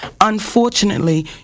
unfortunately